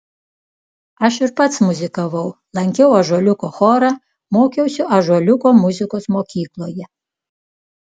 aš ir pats muzikavau lankiau ąžuoliuko chorą mokiausi ąžuoliuko muzikos mokykloje